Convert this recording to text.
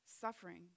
Suffering